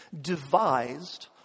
devised